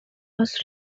was